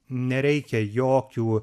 nereikia jokių